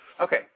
Okay